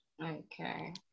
Okay